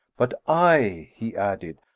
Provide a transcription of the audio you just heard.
but i, he added,